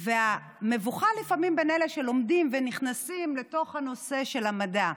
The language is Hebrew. והמבוכה לפעמים בין אלה שלומדים ונכנסים לתוך הנושא של המדע,